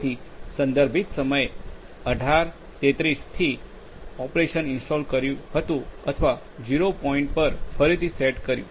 તેથી થી આ ઓપેરશન ઇન્સ્ટોલ કર્યું હતું અથવા 0 પોઇન્ટ પર ફરીથી સેટ કર્યું